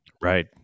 Right